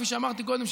כפי שאמרתי קודם,